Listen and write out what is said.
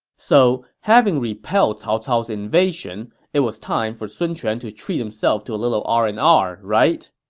so having repelled cao cao's invasion, it was time for sun quan to treat himself to a little r and r, right?